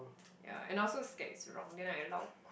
yeah and I also scared it's wrong then I lao kui